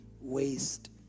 waste